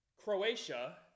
Croatia